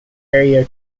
area